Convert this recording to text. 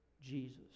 Jesus